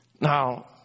Now